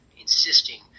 insisting